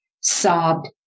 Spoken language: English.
sobbed